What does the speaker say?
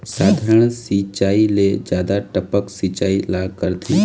साधारण सिचायी ले जादा टपक सिचायी ला करथे